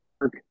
work